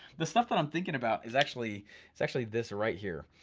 the stuff but i'm thinking about is actually is actually this right here,